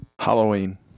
halloween